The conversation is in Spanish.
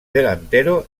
delantero